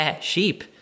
sheep